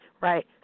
right